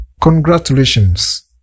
Congratulations